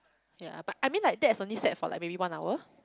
yea but I mean like that is only sad for like maybe one hour